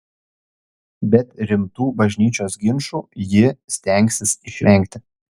bet rimtų bažnyčios ginčų ji stengsis išvengti